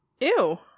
Ew